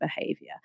behavior